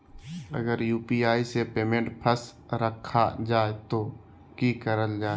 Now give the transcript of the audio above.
अगर यू.पी.आई से पेमेंट फस रखा जाए तो की करल जाए?